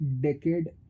decade